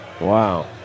Wow